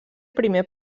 primer